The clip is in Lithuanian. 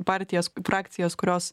partijas frakcijas kurios